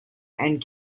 and